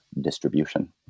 distribution